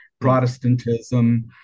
Protestantism